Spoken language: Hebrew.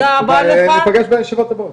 ניפגש בישיבות הבאות.